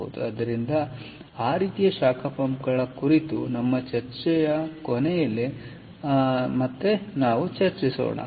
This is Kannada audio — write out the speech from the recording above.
ಆದ್ದರಿಂದ ಆ ರೀತಿಯು ಶಾಖ ಪಂಪ್ಗಳ ಕುರಿತು ನಮ್ಮ ಚರ್ಚೆಯ ಕೊನೆಯಲ್ಲಿ ನಮ್ಮನ್ನು ತರುತ್ತದೆ